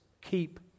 keep